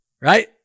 Right